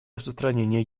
распространения